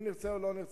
אם נרצה או לא נרצה.